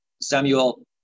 Samuel